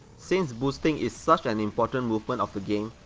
since boosting is such an important movement of the game,